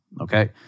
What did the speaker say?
okay